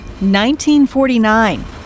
1949